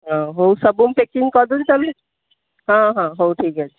ହଁ ହଉ ସବୁ ମୁଁ ପ୍ୟାକିଙ୍ଗ୍ କରିଦେଉଛି ହଁ ହଁ ହଉ ଠିକ୍ ଅଛି